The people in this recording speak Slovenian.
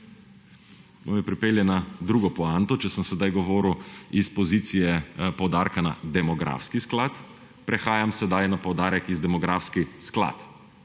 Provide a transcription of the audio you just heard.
To me pripelje na drugo poanto. Če sem sedaj govoril s pozicije poudarka »na« demografski sklad, prehajam sedaj na poudarek »iz« demografski sklad,